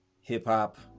hip-hop